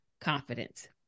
confidence